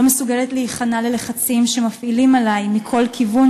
לא מסוגלת להיכנע ללחצים שמפעילים עלי מכל כיוון